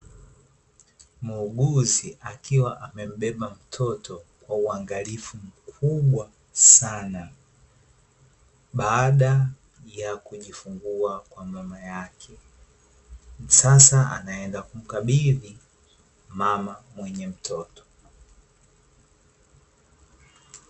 Muuguzi akiwa amembeba mtoto kwa uangalifu mkubwa sana baada ya kujifungua kwa mama yake. Sasa anaenda kumkabidhi mama mwenye mtoto.